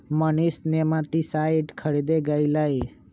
Manish nematicide खरीदे गय लय